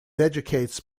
educates